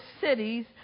cities